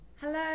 Hello